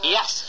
Yes